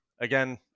again